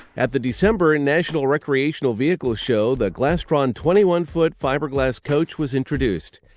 at the december and national recreational vehicles show, the glastron twenty one foot fiberglass coach was introduced.